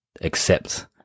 accept